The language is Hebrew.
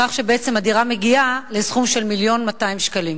כך שבעצם הדירה מגיעה לסכום של 1.2 מיליון שקלים